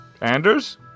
Anders